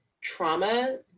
trauma